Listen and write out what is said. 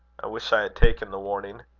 wish i had taken the warning.